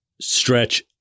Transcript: stretch